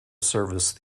service